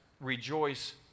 Rejoice